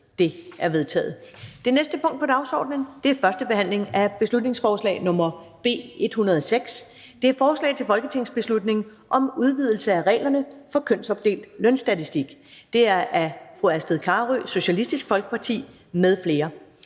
Det er vedtaget. --- Det næste punkt på dagsordenen er: 2) 1. behandling af beslutningsforslag nr. B 106: Forslag til folketingsbeslutning om udvidelse af reglerne for kønsopdelt lønstatistik. Af Astrid Carøe (SF) m.fl.